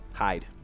Hide